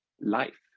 life